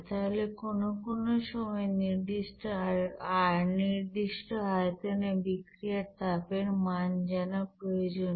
তাহলে কোন কোন সময় নির্দিষ্ট আয়তনে বিক্রিয়ায় তাপের মান জানা প্রয়োজনীয়